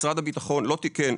משרד הביטחון לא תיקן.